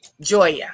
Joya